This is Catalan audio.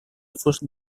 fust